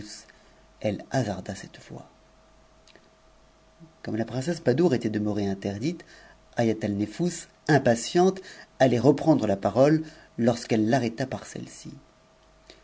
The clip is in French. elle hasarda cette voie comme la princesse badoure était demeurée interdite haïatalnefous impatiente allait reprendre la parole lorsqu'elle l'arrêta par celles-ci